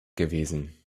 gewesen